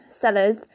sellers